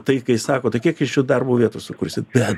tai kai sako tai kiek iš jų darbo vietų sukursit bet